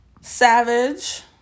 Savage